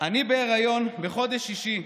אני בהיריון בחודש שישי.